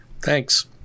Thanks